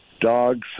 Dogs